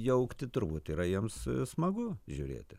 jaukti turbūt yra jiems smagu žiūrėti